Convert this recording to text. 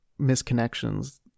misconnections